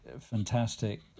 fantastic